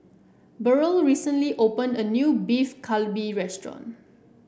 Burrel recently opened a new Beef Galbi restaurant